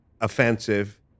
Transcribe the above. offensive